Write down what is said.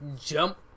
jump